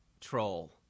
troll